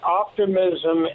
optimism